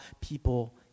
people